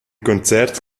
concert